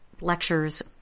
lectures